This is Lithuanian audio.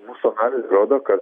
mūsų analizė rodo kad